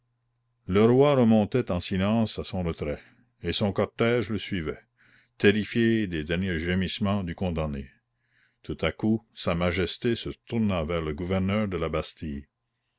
le roi remontait en silence à son retrait et son cortège le suivait terrifié des derniers gémissements du condamné tout à coup sa majesté se tourna vers le gouverneur de la bastille